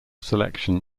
selection